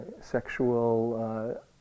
sexual